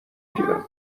گیرم